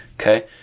okay